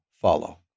follow